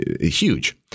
huge